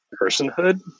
personhood